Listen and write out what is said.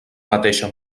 mateixa